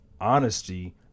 honesty